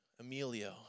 Emilio